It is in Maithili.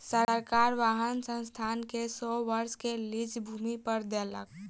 सरकार वाहन संस्थान के सौ वर्ष के लीज भूमि पर देलक